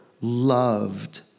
loved